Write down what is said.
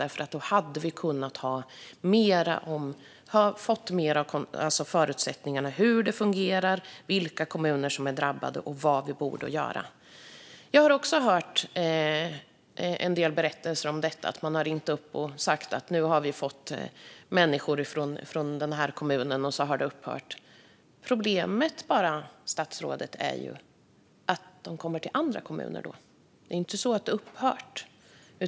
Utredningen hade kunnat ge oss mer kunskap om hur det fungerar, vilka kommuner som är drabbade och vad vi borde göra. Jag har också hört en del sådana berättelser, statsrådet - man har ringt upp en kommun och sagt att man fått människor därifrån, och så har det upphört. Problemet är bara att de då kommer till andra kommuner i stället. Det är egentligen inte så att det har upphört.